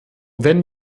wenn